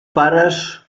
pares